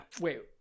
wait